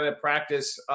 practice